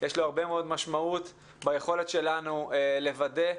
יש לו הרבה מאוד משמעות ביכולת שלנו לוודא,